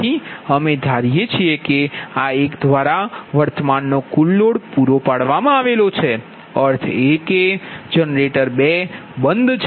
તેથી અમે ધારીએ છીએ કે આ એક દ્વારા વર્તમાનનો કુલ લોડ પૂરો પાડવામાં આવેલો છે અર્થ એ છે કે જનરેટર 2 બંધ છે